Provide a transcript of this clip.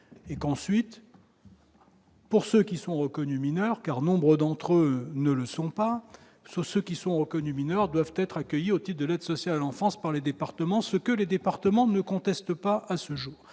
et qu'ensuite. Pour ceux qui sont reconnus mineurs car nombre d'entre eux ne le sont pas sur ceux qui sont reconnus mineurs doivent être accueillis au type de l'aide sociale en France par les départements, ce que les départements ne conteste pas, à ce jour,